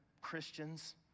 Christians